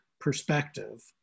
perspective